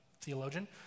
theologian